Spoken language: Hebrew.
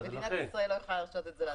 מדינת ישראל לא יכולה להרשות את זה לעצמה.